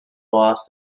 boss